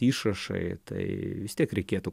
išrašai tai vis tiek reikėtų